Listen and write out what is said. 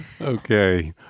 Okay